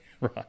Right